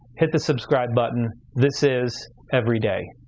hit the subscribe button. this is every day,